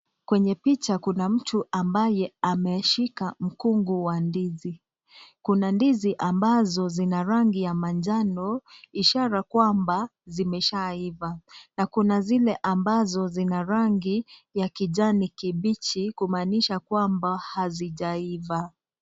Kwenye picha kuna mtu ambaye ameshika mkungu wa ndizi, kuna ndizi ambazo zina rangi ya manjano ishara kwamba zimeshaiva, na kuna zile ambazo zina rangi ya kijani kibichi kumanisha kwamba hazijaiva.